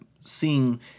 seeing